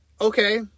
Okay